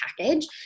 package